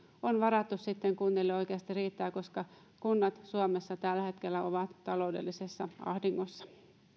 on varattu oikeasti riittää kunnille koska kunnat suomessa ovat tällä hetkellä taloudellisessa ahdingossa